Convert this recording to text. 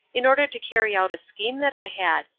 in order to carry out a scheme that i had,